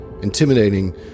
intimidating